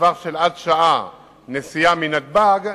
בטווח של עד שעה נסיעה מנתב"ג,